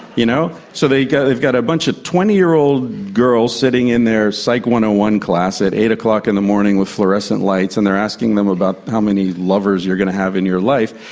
you know so they've got they've got a bunch of twenty year old girls sitting in their psych one. one class at eight o'clock in the morning with fluorescent lights and they're asking them about how many lovers you're going to have in your life,